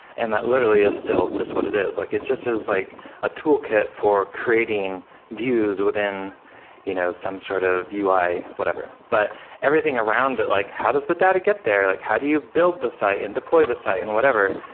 and that literally is still just what it is. like it just is like a toolkit for creating views within you know some sort of ui whatever. but everything around it like, how does the data get there? like how do you build the site and deploy the site and whatever?